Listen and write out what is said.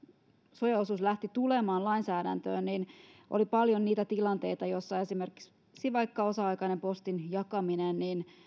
suojaosuus lähti tulemaan lainsäädäntöön niin oli paljon niitä tilanteita joissa esimerkiksi vaikka osa aikainen postin jakaminen